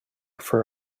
for